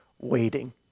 waiting